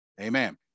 Amen